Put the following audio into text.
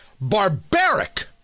barbaric